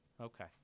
Okay